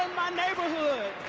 neighborhood.